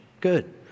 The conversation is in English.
good